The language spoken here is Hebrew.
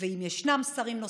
אם ישנם שרים נוספים,